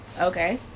Okay